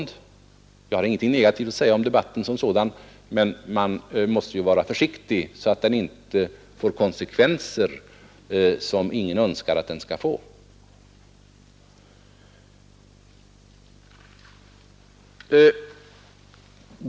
Jag har inget negativt att säga om debatten som sådan, men man måste ju vara försiktig så att den inte får konsekvenser som ingen önskar att den skall få.